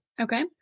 Okay